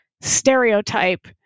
stereotype